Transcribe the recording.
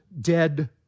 dead